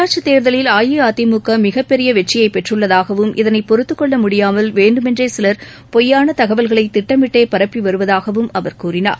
உள்ளாட்சித் தேர்தலில் அஇஅதிமுக மிகப்பெரிய வெற்றியை பெற்றுள்ளதாகவும் இதனை பொறுத்துக்கொள்ளாமல் வேண்டுமென்றே சிலர் பொய்யான தகவல்களை திட்டமிட்டே பரப்பிவருவதாகவும் அவர் கூறினார்